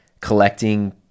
collecting